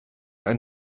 ein